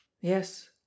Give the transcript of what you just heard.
Yes